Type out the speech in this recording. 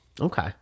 Okay